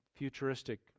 Futuristic